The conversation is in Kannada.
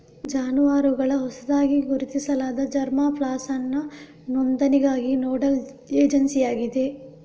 ಜಾನುವಾರುಗಳ ಹೊಸದಾಗಿ ಗುರುತಿಸಲಾದ ಜರ್ಮಾ ಪ್ಲಾಸಂನ ನೋಂದಣಿಗಾಗಿ ನೋಡಲ್ ಏಜೆನ್ಸಿಯಾಗಿದೆ